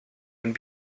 and